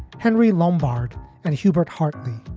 henry lombardo and hubert hartley.